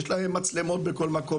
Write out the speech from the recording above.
יש להם מצלמות בכל מקום,